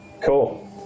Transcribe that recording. Cool